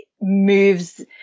moves